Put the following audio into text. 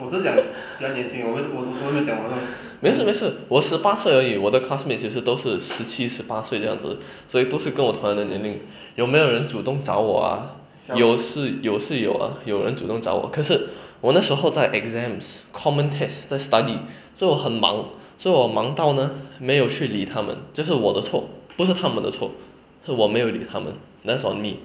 没事没事我十八岁而已我的 classmate 也是都是十七十八岁这样子所以都是跟我同样的年龄有没有人主动找我 ah 有是有是有 lah 有人主动找我可是我那时候在 exams common test 在 study 所以我很忙所以我忙到呢没有去理他们就是我的错不是他们的错是我没有理他们 that's on me